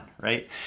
right